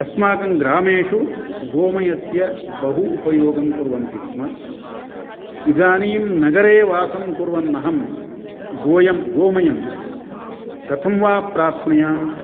अस्माकं ग्रामेषु गोमयस्य बहु उपयोगं कुर्वन्ति स्म इदानीं नगरे वासं कुर्वन् अहं गोमयं गोमयं कथं वा प्राप्नुयाम्